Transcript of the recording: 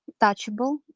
touchable